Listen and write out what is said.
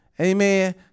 amen